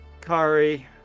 Kari